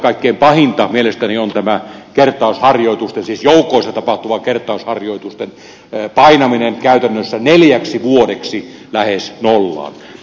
kaikkein pahinta mielestäni on tämä kertausharjoitusten siis joukoissa tapahtuvien kertausharjoitusten painaminen käytännössä neljäksi vuodeksi lähes nollaan